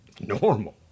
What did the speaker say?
normal